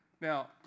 Now